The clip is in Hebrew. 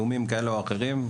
ועוד איומים כאלה ואחרים,